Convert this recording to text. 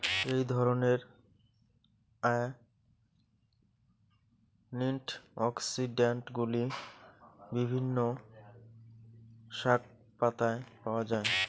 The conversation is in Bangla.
এই ধরনের অ্যান্টিঅক্সিড্যান্টগুলি বিভিন্ন শাকপাতায় পাওয়া য়ায়